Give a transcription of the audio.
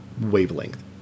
wavelength